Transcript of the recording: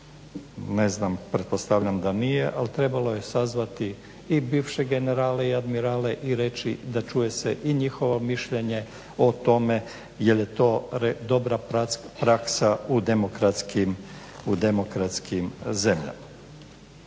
ne znam pretpostavljam da nije, ali trebalo je sazvati i bivše generale i admirale i reći da čuje se i njihovo mišljenje o tome, jer je to dobra praksa u demokratskim zemljama.